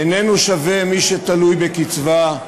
איננו שווה מי שתלוי בקצבה,